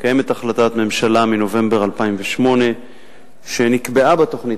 קיימת החלטת ממשלה מנובמבר 2008 שנקבעה בה תוכנית